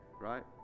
Right